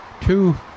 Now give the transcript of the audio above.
two